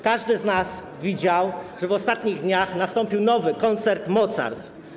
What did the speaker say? Każdy z nas widział, że w ostatnich dniach nastąpił nowy koncert mocarstw.